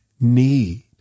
need